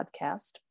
podcast